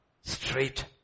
straight